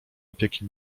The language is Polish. opieki